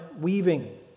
weaving